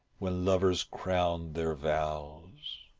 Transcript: when lovers crown their vows.